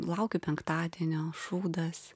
laukiu penktadienio šūdas